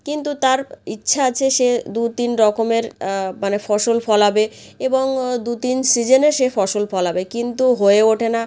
কিন্তু তার ইচ্ছা আছে সে দু তিন রকমের মানে ফসল ফলাবে এবং দু তিন সিজনে সে ফসল ফলাবে কিন্তু হয়ে ওঠে না